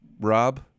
Rob